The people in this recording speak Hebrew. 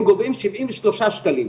הם גובים 73 שקלים,